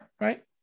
right